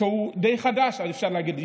שהוא די חדש, אפשר להגיד.